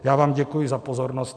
Já vám děkuji za pozornost.